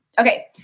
Okay